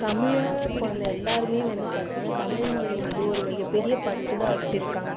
தமிழராய் பிறந்த எல்லாேருமே வந்து பார்த்தீங்கன்னா தமிழ் மொழி மீது ஒரு மிக பெரிய பற்று தான் வச்சுருக்காங்க